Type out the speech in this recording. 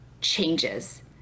changes